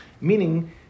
Meaning